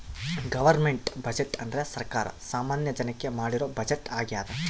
government budget ಅಂದ್ರೆ ಸರ್ಕಾರ ಸಾಮಾನ್ಯ ಜನಕ್ಕೆ ಮಾಡಿರೋ ಬಜೆಟ್ ಆಗ್ಯದ